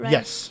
Yes